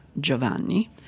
Giovanni